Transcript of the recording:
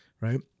Right